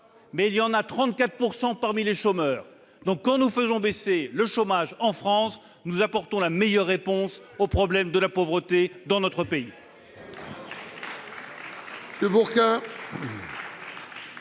Mais ils sont 34 % parmi les chômeurs. Quand nous faisons baisser le chômage en France, nous apportons donc la meilleure réponse au problème de la pauvreté dans notre pays.